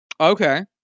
Okay